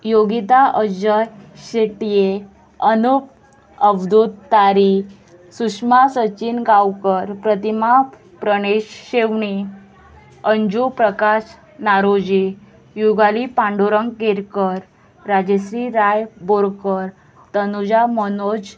योगिता अजय शेटये अनुप अवधूत तारी सुश्मा सचीन गांवकर प्रतिमा प्रणेश शेवणी अंजू प्रकाश नारोजी युगाली पांडुरंग केरकर राजश्री राय बोरकर तनुजा मनोज